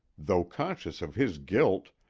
though conscious of his guilt,